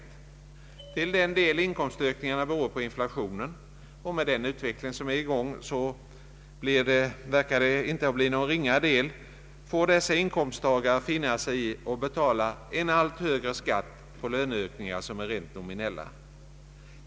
Till den del inkomstökningarna beror på inflationen — och med den utveckling som är i gång verkar det inte att bli någon ringa del — får dessa inkomsttagare finna sig i att betala en allt högre skatt på löneökningar som är rent nominella.